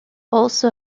also